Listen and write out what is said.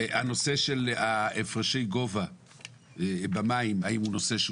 הנושא של הפרשי גובה במים, האם הוא נושא?